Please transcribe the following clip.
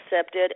accepted